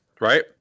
Right